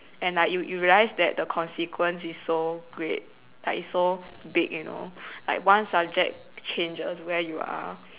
and like you you realised that the consequence is so great like it's so big you know like one subject changes where you are